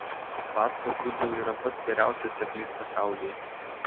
batka gudų yra pats geriausias seklys pasaulyje